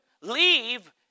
leave